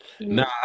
Nah